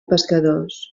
pescadors